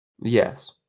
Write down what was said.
Yes